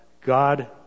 god